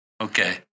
okay